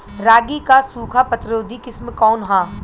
रागी क सूखा प्रतिरोधी किस्म कौन ह?